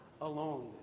alone